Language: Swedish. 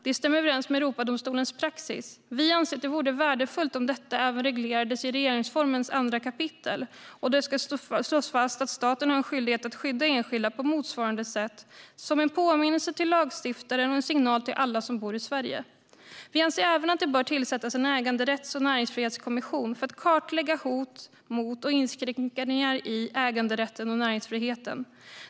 Det stämmer överens med Europadomstolens praxis. Vi anser att det vore värdefullt om detta även regleras i regeringsformens andra kapitel, att det slås fast att staten har en skyldighet att skydda enskilda på motsvarande sätt, som en påminnelse till lagstiftaren och en signal till alla som bor i Sverige. Vi anser även att det bör tillsättas en äganderätts och näringsfrihetskommission för att kartlägga hot mot och inskränkningar i äganderätten och näringsfriheten.